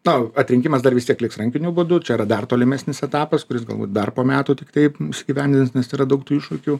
tau atrinkimas dar vis tiek liks rankiniu būdu čia yra dar tolimesnis etapas kuris galbūt dar po metų tiktai įgyvendins nes yra daug tų iššūkių